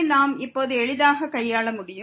இதை நாம் இப்போது எளிதாக கையாள முடியும்